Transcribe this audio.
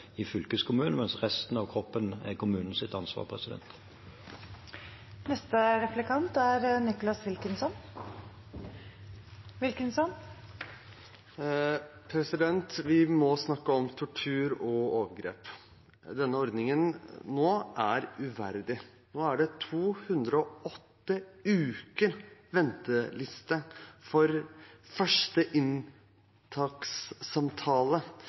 i fylkeskommunen, mens resten av kroppen er kommunens ansvar. Vi må snakke om tortur og overgrep. Denne ordningen som er nå, er uverdig. Nå er det 208 uker venteliste for første